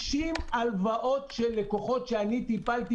50 הלוואות של לקוחות שבהם אני טיפלתי,